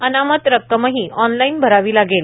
अनामत रक्कमही ऑनलाईन भरावी लागेल